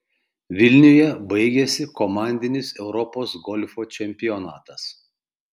vilniuje baigėsi komandinis europos golfo čempionatas